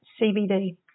CBD